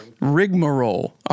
Rigmarole